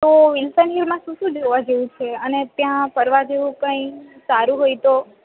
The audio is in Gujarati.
તો વિલ્સન હિલમાં શું શું જોવા જેવું છે અને ત્યાં ફરવા જેવું કંઈ સારું હોય તો